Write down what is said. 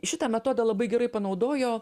šitą metodą labai gerai panaudojo